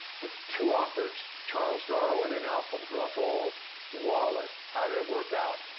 with two authors, charles darwin and alfred russel wallace. how did it work out?